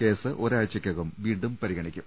case ഒരാ ഴ്ചക്കകം വീണ്ടും പരിഗണിക്കും